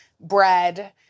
Bread